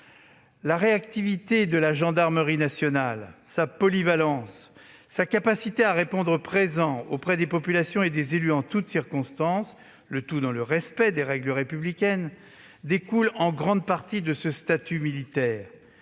La réactivité de la gendarmerie nationale, sa polyvalence et sa capacité à répondre présent auprès des populations et des élus en toutes circonstances, le tout dans le respect des règles républicaines, découlent en grande partie de ce statut militaire.